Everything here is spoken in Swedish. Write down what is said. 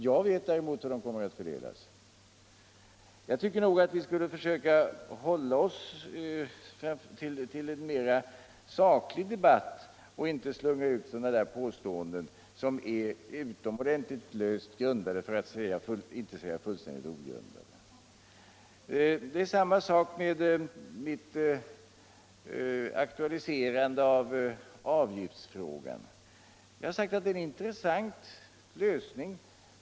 Jag vet däremot hur de kommer att fördelas. Jag tycker nog att vi skall försöka hålla oss till en mera saklig debatt och inte slunga ut påståenden som är utomordentligt löst grundade, för att inte säga fullständigt ogrundade. Det är samma sak med mitt aktualiserande av avgiftsfrågan. Jag har sagt att avgiftsbeläggning är en intressant lösning.